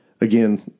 again